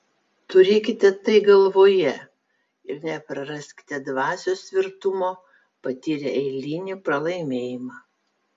turėkite tai galvoje ir nepraraskite dvasios tvirtumo patyrę eilinį pralaimėjimą